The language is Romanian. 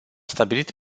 stabilit